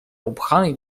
upchanej